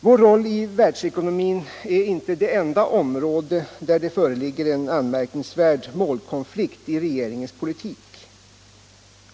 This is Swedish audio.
Vår roll i världsekonomin är inte det enda område där det föreligger en anmärkningsvärd målkonflikt i regeringens politik.